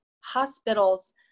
hospitals